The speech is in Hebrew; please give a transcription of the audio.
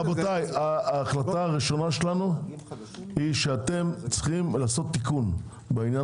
ההחלטה הראשונה שלנו היא שאתם צריכים לעשות תיקון בעניין